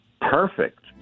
perfect